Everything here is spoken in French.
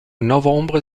novembre